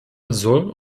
soll